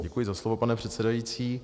Děkuji za slovo, pane předsedající.